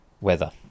weather